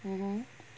mm